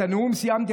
את הנאום סיימתי,